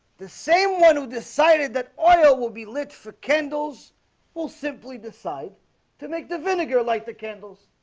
the same one who decided that oil will be lit for kendal's will simply decide to make the vinegar like the candles